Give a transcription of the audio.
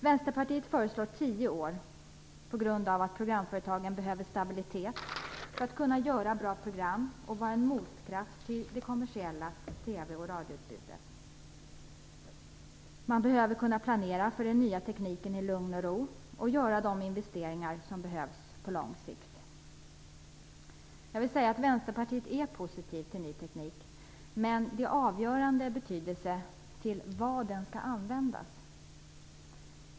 Vänsterpartiet föreslår tio år, på grund av att programföretagen behöver stabilitet, för att kunna göra bra program och vara en motkraft till det kommersiella TV och radioutbudet. Man behöver kunna planera för den nya tekniken i lugn och ro och göra de investeringar som behövs på lång sikt. Jag vill säga att Vänsterpartiet är positivt till ny teknik, men det är av avgörande betydelse vad den skall användas till.